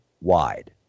wide